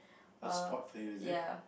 a sport is it